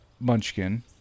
munchkin